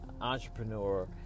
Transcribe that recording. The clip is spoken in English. entrepreneur